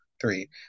Three